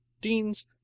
deans